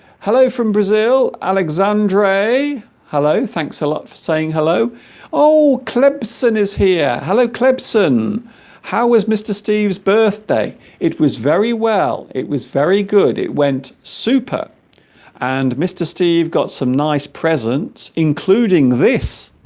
hello from brazil alexandre hello thanks a lot for saying hello oh clips and is here hello clemson how was mr. steve's birthday it was very well it was very good it went super and mr. steve got some nice presents including this